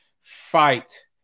fight